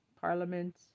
Parliament